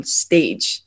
stage